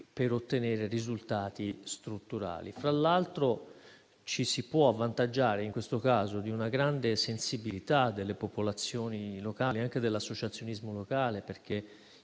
per ottenere risultati strutturali. Fra l'altro, ci si può avvantaggiare in questo caso di una grande sensibilità delle popolazioni locali e anche dell'associazionismo locale, perché